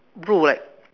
bro like